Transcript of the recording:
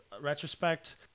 retrospect